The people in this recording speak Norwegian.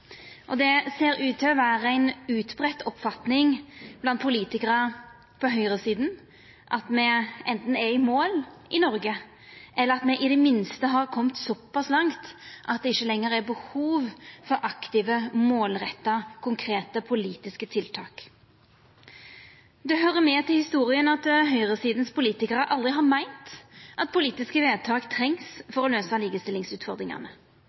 område. Det ser ut til å vera ei utbreidd oppfatning blant politikarar på høgresida at me i Noreg anten er i mål, eller at me i det minste har kome såpass langt at det ikkje lenger er behov for aktive, målretta og konkrete politiske tiltak. Det høyrer med til historia at politikarar på høgresida aldri har meint at politiske vedtak trengst